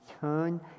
turn